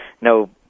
no